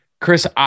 Chris